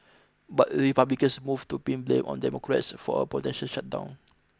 but Republicans moved to pin blame on Democrats for a potential shutdown